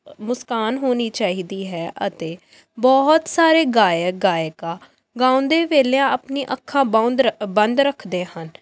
ਮੁਸਕਾਨ ਹੋਣੀ ਚਾਹੀਦੀ ਹੈ ਅਤੇ ਬਹੁਤ ਸਾਰੇ ਗਾਇਕ ਗਾਇਕਾ ਗਾਉਂਦੇ ਵੇਲਿਆਂ ਆਪਣੀ ਅੱਖਾਂ ਬੰਦ ਰੱ ਬੰਦ ਰੱਖਦੇ ਹਨ